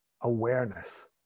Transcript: awareness